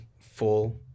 full